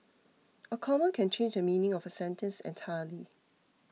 a comma can change the meaning of a sentence entirely